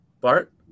Bart